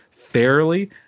Fairly